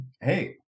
Hey